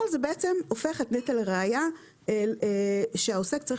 אבל זה הופך את נטל הראיה שהעוסק צריך